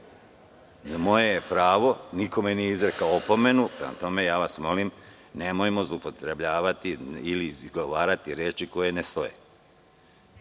moje je pravo, nikome nije izrekao opomenu, i ja vas molim, nemojmo zloupotrebljavati ili izgovarati reči koje ne stoje. Ako